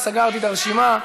וסגרתי את הרשימה,